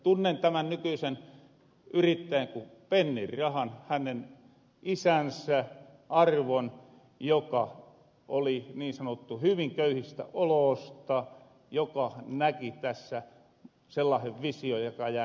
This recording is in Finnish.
tunnen tämän nykyisen yrittäjän ku pennin rahan hänen isänsä arvon joka oli niin sanotusti hyvin köyhistä oloosta joka näki tässä sellaasen vision joka jää jälkipolville